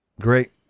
Great